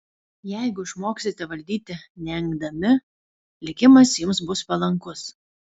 jeigu išmoksite valdyti neengdami likimas jums bus palankus